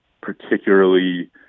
particularly